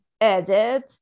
edit